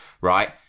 right